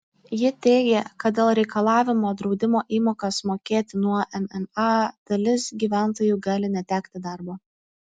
ji teigė kad dėl reikalavimo draudimo įmokas mokėti nuo mma dalis gyventojų gali netekti darbo